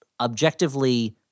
objectively